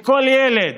לכל ילד